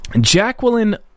Jacqueline